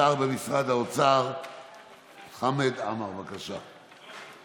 השר במשרד האוצר חמד עמאר, בבקשה.